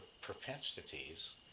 propensities